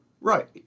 Right